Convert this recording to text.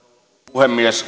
puhemies